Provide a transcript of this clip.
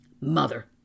mother